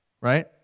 Right